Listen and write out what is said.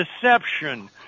deception